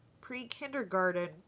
pre-kindergarten